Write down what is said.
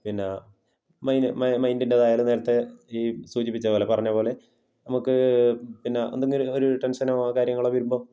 പിന്നെ മൈന്ഡിന്റെ ആയാലും നേരത്തെ ഈ സൂചിപ്പിച്ച പോലെ പറഞ്ഞ പോലെ നമുക്ക് പിന്നെ എന്തെങ്കിലുമൊരു ഒരു ടെന്ഷനോ കാര്യങ്ങളോ വരുമ്പം